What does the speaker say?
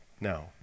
No